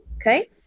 okay